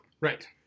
Right